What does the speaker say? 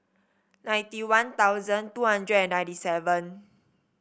ninety One Thousand two hundred and ninety seven